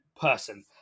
person